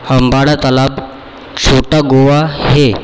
हंबाडा तलाब छोटा गोवा हे